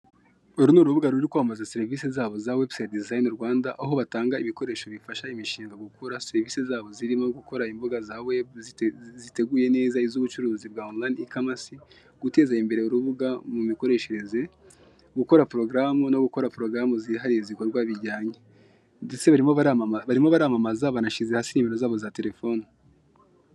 Uru ni urubuga ruri kwamaza serivisi zabo za webusite dizayine Rwanda aho batanga ibikoresho bifasha imishinga gukura, serivisi zabo zirimo gukora imbuga za webu, ziteguye neza iz'ubucuruzi bwa onurayine kamasi, guteza imbere urubuga mu mikoreshereze, gukora porogaramu no gukora porogaramu zihariye zikorwa bijyanye, ndetse barimo baramamaza barimo baramamaza banashyize hasi nimero zabo za telefone